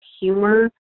humor